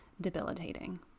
debilitating